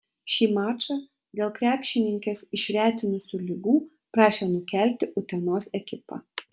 šį mačą dėl krepšininkes išretinusių ligų prašė nukelti utenos ekipa